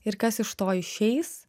ir kas iš to išeis